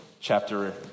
chapter